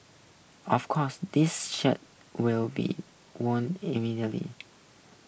of course this shirt will be worn immediately